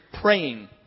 praying